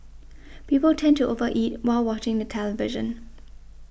people tend to over eat while watching the television